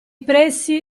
pressi